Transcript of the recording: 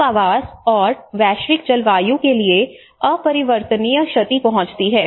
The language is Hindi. मानव आवास और वैश्विक जलवायु के लिए अपरिवर्तनीय क्षति पहुंचती है